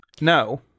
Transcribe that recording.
No